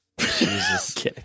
Jesus